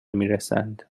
میرسند